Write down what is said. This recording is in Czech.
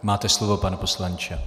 Máte slovo, pane poslanče.